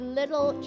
little